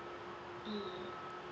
mm